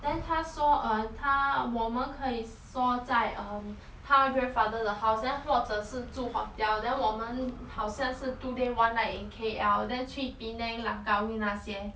then 她说 err 她我们可以说在 um 她 grandfather 的 house then 或者是住:huo shi zhu hotel then 我们好像是 two day one night in K_L then 去 penang langkawi 那些